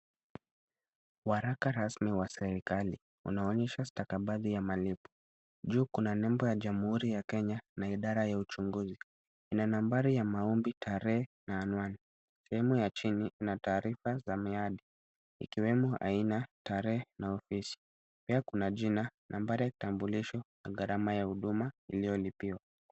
Waraka rasmi wa serikali unaonyesha stakabadhi ya malipo. Juu kuna nembo ya Jamhuri ya Kenya na idara ya uchunguzi. Ina nambari ya maombi, tarehe na anwani. Sehemu ya chini ina taarifa za miadi ikiwemo aina, tarehe na ofisi. Pia kuna jina, nambari ya kitambulisho na gharama ya huduma iliyolipiwa.